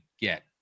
get